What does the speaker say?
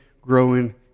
growing